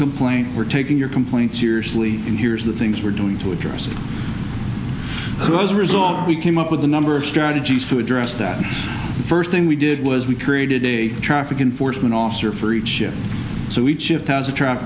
complaint we're taking your complaints seriously and here's the things we're doing to address those results we came up with a number of strategies to address that and the first thing we did was we created a traffic enforcement officer for each shift so each shift has a tra